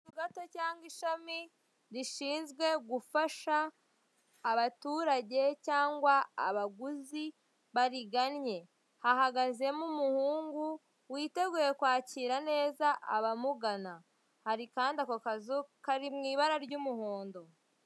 Akazu gato cyangwa ishami rishinzwe gufasha abaturage cyangwa abaguzi, bariganye. Hahagazemo umuhungu witeguye kwahira neza abamugana. Hari kandi ako kazu kari mu ibara ry'umuhondo.